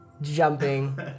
jumping